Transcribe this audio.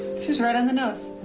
she was right on the nose.